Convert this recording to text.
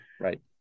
right